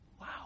Wow